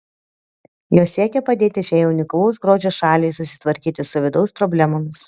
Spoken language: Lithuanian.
jos siekia padėti šiai unikalaus grožio šaliai susitvarkyti su vidaus problemomis